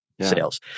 sales